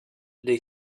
they